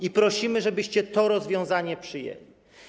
I prosimy, żebyście to rozwiązanie przyjęli.